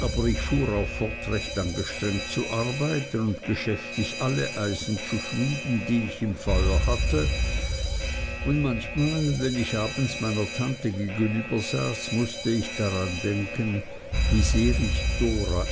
aber ich fuhr auch fort recht angestrengt zu arbeiten und geschäftig alle eisen zu schmieden die ich im feuer hatte und manchmal wenn ich abends meiner tante gegenüber saß mußte ich daran denken wie sehr ich dora